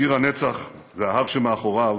קיר הנצח וההר שמאחוריו